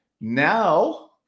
now